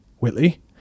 Whitley